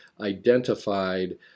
identified